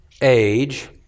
age